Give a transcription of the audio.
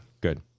Good